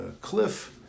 cliff